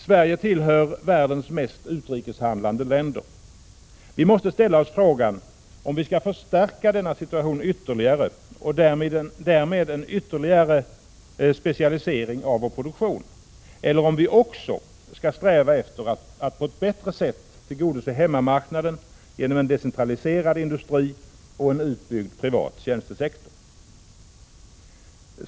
Sverige tillhör världens mest utrikeshandlande länder. Vi måste ställa oss frågan om vi skall förstärka denna situation ytterligare, och därmed göra en ytterligare specialisering av vår produktion, eller om vi också skall sträva efter att på ett bättre sätt tillgodose hemmamarknaden genom en decentraliserad industri och en utbyggd privat tjänstesektor.